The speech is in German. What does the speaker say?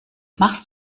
machst